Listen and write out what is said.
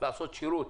לעשות שירות,